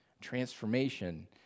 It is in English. transformation